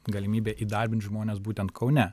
galimybė įdarbint žmones būtent kaune